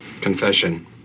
confession